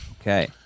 Okay